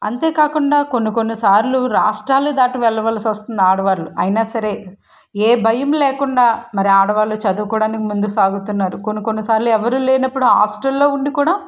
అంతేకాకుండా కొన్ని కొన్ని సార్లు రాష్ట్రాలను దాటి వెళ్ళవలసి వస్తుంది ఆడవాళ్ళు అయినా సరే ఏ భయం లేకుండా మరి ఆడవాళ్ళు చదువుకోడానికి ముందుకు సాగుతున్నారు కొన్ని కొన్ని సార్లు ఎవరు లేనప్పుడు హాస్టల్లో ఉండి కూడా